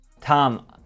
Tom